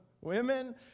women